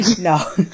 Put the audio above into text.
No